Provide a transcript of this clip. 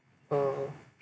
oh